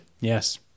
Yes